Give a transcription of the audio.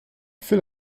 fait